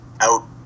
out